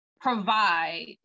provide